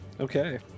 Okay